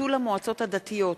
ביטול המועצות הדתיות),